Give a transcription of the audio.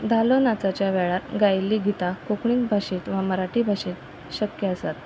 धालो नाचाच्या वेळार गायल्ली गीतां कोंकणी भाशेंत वा मराठी भाशेंत शक्य आसात